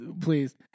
please